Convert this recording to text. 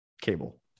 cable